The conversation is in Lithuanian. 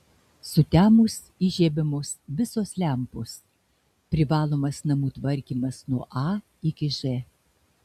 sutemus įžiebiamos visos lempos privalomas namų tvarkymas nuo a iki ž